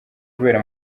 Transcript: kubera